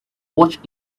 watch